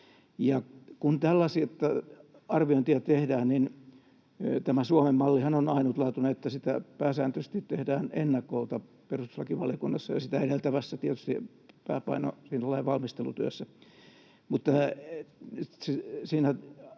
Kun tällaisia arviointeja tehdään, niin tämä Suomen mallihan on ainutlaatuinen, että sitä pääsääntöisesti tehdään ennakolta perustuslakivaliokunnassa ja sitä edeltävässä lainvalmistelutyössä,